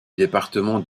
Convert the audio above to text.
département